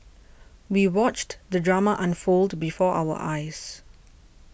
we watched the drama unfold before our eyes